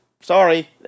sorry